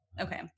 Okay